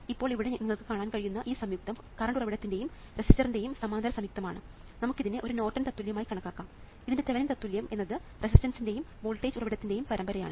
ഇപ്പോൾ ഇവിടെ നിങ്ങൾക്ക് കാണാൻ കഴിയുന്ന ഈ സംയുക്തം കറണ്ട് ഉറവിടത്തിന്റെയും റെസിസ്റ്ററിന്റെയും സമാന്തര സംയുക്തമാണ് നമുക്ക് ഇതിനെ ഒരു നോർട്ടൺ തത്തുല്യമായി കണക്കാക്കാം ഇതിൻറെ തെവെനിൻ തത്തുല്യം എന്നത് റെസിസ്റ്റൻസ്ൻറെയും വോൾട്ടേജ് ഉറവിടത്തിൻറെയും പരമ്പരയാണ്